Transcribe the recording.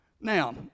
Now